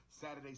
Saturday